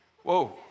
Whoa